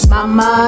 Mama